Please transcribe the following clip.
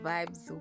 Vibes